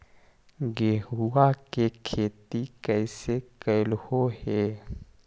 गेहूआ के खेती कैसे कैलहो हे?